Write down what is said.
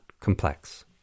complex